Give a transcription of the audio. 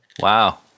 Wow